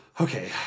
okay